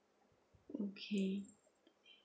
okay